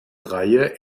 reihe